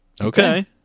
Okay